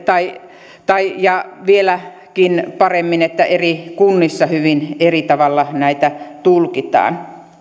tai tai että vieläkin paremmin eri kunnissa hyvin eri tavalla näitä tulkitaan